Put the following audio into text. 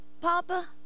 Papa